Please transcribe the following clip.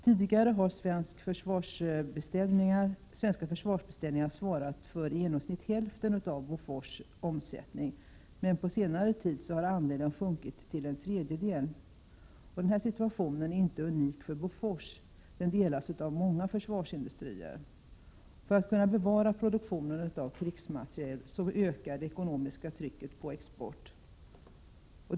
Tidigare har svenska försvarsbeställningar svarat för i genomsnitt hälften av Bofors omsättning, men på senare tid har andelen sjunkit till en tredjedel. Den här situationen är inte unik för Bofors, utan den gäller för många försvarsindustrier. En bevarad produktion av krigsmateriel innebär att det ekonomiska trycket på export ökar.